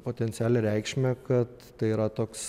potencialią reikšmę kad tai yra toks